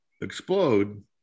explode